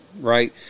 right